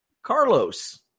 Carlos